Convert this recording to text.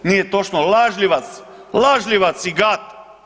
Nije točno, lažljivac, lažljivac i gad.